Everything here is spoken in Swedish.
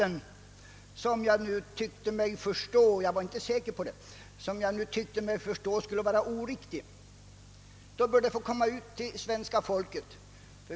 Jag tyckte mig förstå — fast jag är inte säker på det — att den skulle vara oriktig. Då bör det få komma ut till svenska folket.